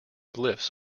glyphs